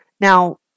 Now